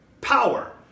power